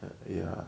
ya